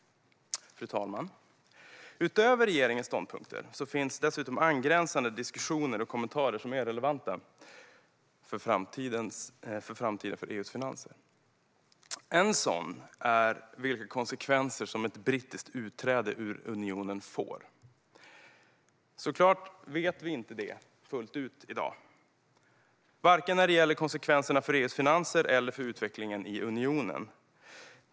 Fru talman! Utöver regeringens ståndpunkter finns det angränsande diskussioner och kommentarer som är relevanta för framtiden för EU:s finanser. En sådan är vilka konsekvenser ett brittiskt utträde ur unionen får. Självklart vet vi inte det fullt ut i dag, varken när det gäller konsekvenserna för EU:s finanser eller när det gäller konsekvenserna för utvecklingen i unionen.